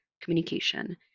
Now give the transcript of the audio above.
communication